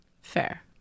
Fair